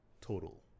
total